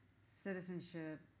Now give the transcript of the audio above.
citizenship